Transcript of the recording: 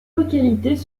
localités